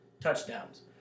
touchdowns